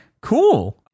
cool